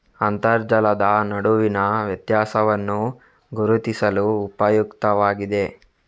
ಅಂತರ್ಜಲದ ನಡುವಿನ ವ್ಯತ್ಯಾಸವನ್ನು ಗುರುತಿಸಲು ಉಪಯುಕ್ತವಾಗಿದೆ